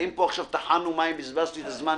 האם עכשיו טחנו מים ובזבזתי את הזמן